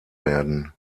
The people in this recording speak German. werden